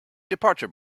departure